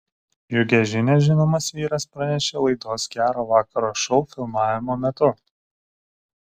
džiugią žinią žinomas vyras pranešė laidos gero vakaro šou filmavimo metu